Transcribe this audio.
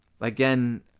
Again